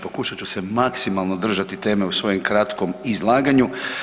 Pokušat ću se maksimalno držati teme u svojem kratkom izlaganju.